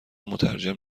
مترجم